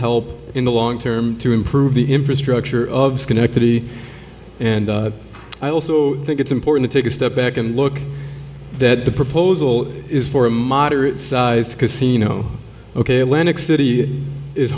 help in the long term to improve the infrastructure of schenectady and i also think it's important to take a step back and look that the proposal is for a moderate sized casino ok atlantic city is